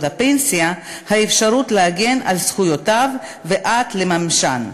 הפנסיה האפשרות להגן על זכויותיו ואף לממשן.